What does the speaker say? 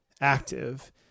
active